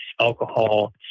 alcohol